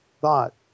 thought